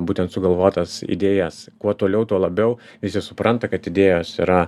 būtent sugalvotas idėjas kuo toliau tuo labiau visi supranta kad idėjos yra